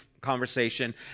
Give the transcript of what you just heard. conversation